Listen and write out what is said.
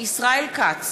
ישראל כץ,